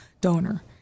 donor